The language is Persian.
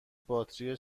باتری